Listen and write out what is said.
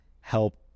help